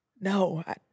No